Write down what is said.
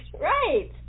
Right